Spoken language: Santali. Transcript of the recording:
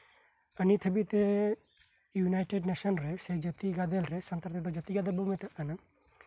ᱱᱤᱛ ᱦᱟᱹᱵᱤᱡ ᱛᱮ ᱤᱭᱩᱱᱟᱭᱴᱮᱰ ᱱᱮᱥᱮᱱ ᱨᱮ ᱥᱮ ᱡᱟᱛᱤ ᱜᱟᱫᱮᱞ ᱨᱮ ᱥᱟᱱᱛᱟᱞᱤ ᱛᱮᱫᱚ ᱡᱟᱹᱛᱤ ᱜᱟᱫᱮᱞ ᱠᱚ ᱢᱮᱛᱟᱜ ᱠᱟᱱᱟ